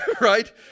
right